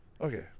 Okay